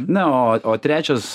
na o o trečias